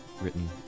written